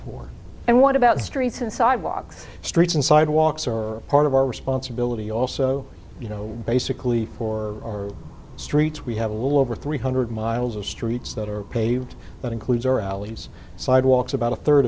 for and what about the streets and sidewalks streets and sidewalks or part of our responsibility also you know basically or streets we have a little over three hundred miles of streets that are paved that includes our alleys sidewalks about a third